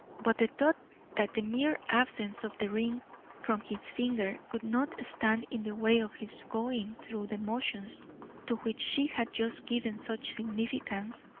but the thought that the mere absence of the ring from his finger would not stand in the way of his going through the motions to which she had just given such significance,